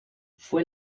fue